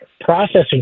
processing